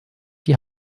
die